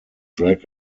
drag